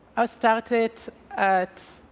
i'll start it at